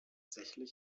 werden